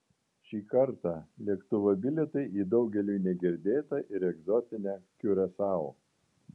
šį kartą lėktuvo bilietai į daugeliui negirdėtą ir egzotinę kiurasao